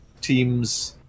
teams